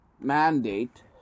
mandate